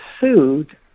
sued